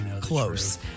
close